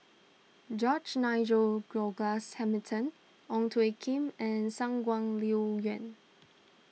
George Nigel Douglas Hamilton Ong Tjoe Kim and Shangguan Liuyun